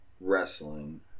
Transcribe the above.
wrestling